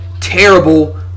terrible